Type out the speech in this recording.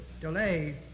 delay